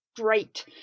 Great